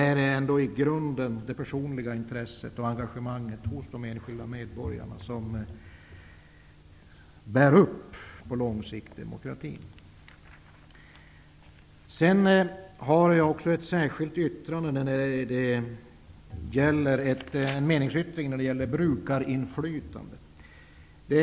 Det är ändå i grunden det personliga intresset och engagemanget hos de enskilda medborgarna som på lång sikt bär upp demokratin. Jag har avgett en meningsyttring när det gäller brukarinflytande.